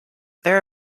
there